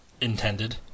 intended